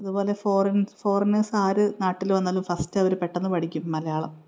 അതുപോലെ foreign foreigners ആര് നാട്ടിൽ വന്നാലും ഫസ്റ്റ് അവർ പെട്ടെന്ന് പഠിക്കും മലയാളം